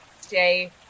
stay